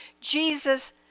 Jesus